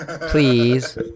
Please